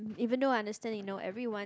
even though I understand you know everyone